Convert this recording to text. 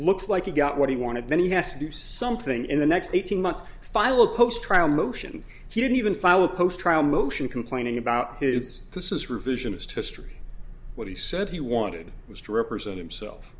looks like he got what he wanted then he has to do something in the next eighteen months file a post trial motion he didn't even file a post trial motion complaining about his this is revisionist history what he said he wanted was to represent himself